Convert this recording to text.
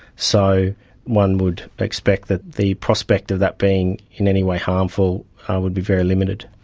so one would expect that the prospect of that being in any way harmful would be very limited.